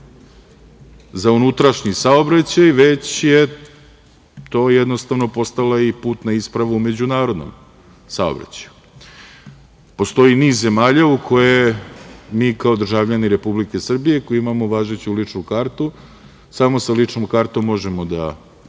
za unutrašnji saobraćaj, već je to jednostavno postala i putna isprava u međunarodnom saobraćaju. Postoji niz zemalja u koje mi kao državljani Republike Srbije koji imamo važeću ličnu kartu samo sa ličnom kartom možemo da